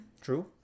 True